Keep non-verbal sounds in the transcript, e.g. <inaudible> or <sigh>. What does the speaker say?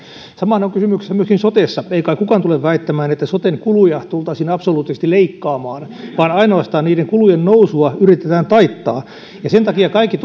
sama on kysymyksessä myöskin sotessa ei kai kukaan tule väittämään että soten kuluja tultaisiin absoluuttisesti leikkaamaan vaan ainoastaan niiden kulujen nousua yritetään taittaa sen takia kaikki <unintelligible>